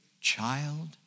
child